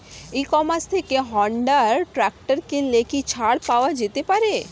E commerce থেকে Honda tractor কিনলে কি ছাড় পাওয়া যেতে পারে?